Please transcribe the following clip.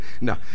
No